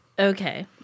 Okay